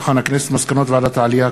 מסקנות ועדת העלייה,